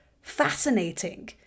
fascinating